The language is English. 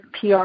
PR